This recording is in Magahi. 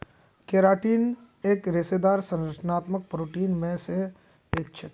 केराटीन एक रेशेदार संरचनात्मक प्रोटीन मे स एक छेक